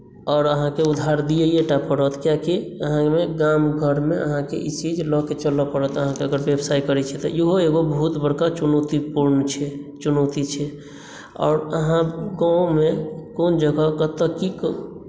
और अहाँके उधार दियैए टा पड़त कियाकि अहाँ एहिमे गाम घरमे अहाँके ई चीज लऽ कऽ चलय पड़त अहाँकेँ अगर व्यवसाय करैत छी तऽ इहो एगो बहुत बड़का चुनौतीपूर्ण छै चुनौती छै आओर अहाँ गाँवोमे कोन जगह कतय की कऽ